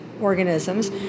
organisms